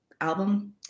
album